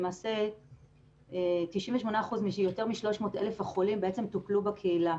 למעשה, יותר מ-300 אלף החולים טופלו בקהילה.